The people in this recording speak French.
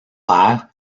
père